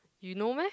you know meh